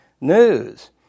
news